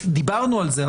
דיברנו על זה,